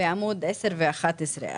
בעמוד עשר ו-11.